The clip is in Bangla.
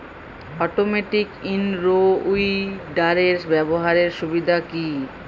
অটোমেটিক ইন রো উইডারের ব্যবহারের সুবিধা কি?